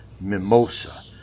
mimosa